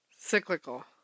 Cyclical